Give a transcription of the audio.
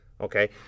Okay